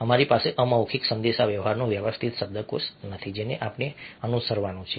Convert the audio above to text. અમારી પાસે અમૌખિક સંદેશાવ્યવહારનો વ્યવસ્થિત શબ્દકોષ નથી જેને આપણે અનુસરવાનું છે